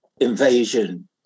invasion